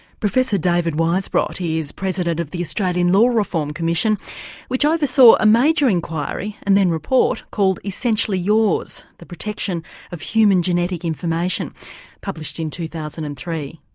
professor david weisbrot, he is president of the australian law reform commission which um oversaw so a major enquiry and then report called essentially yours the protection of human genetic information published in two thousand and three.